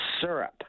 syrup